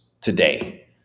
today